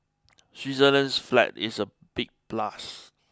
Switzerland's flag is a big plus